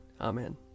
Amen